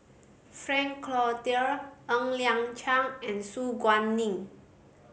Frank Cloutier Ng Liang Chiang and Su Guaning